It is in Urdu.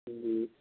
جی